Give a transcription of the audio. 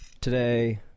Today